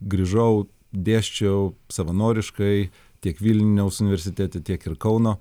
grįžau dėsčiau savanoriškai tiek vilniaus universitete tiek ir kauno